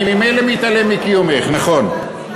אני ממילא מתעלם מקיומך, נכון.